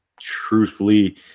Truthfully